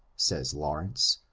says lawrence,